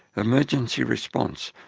emergency response,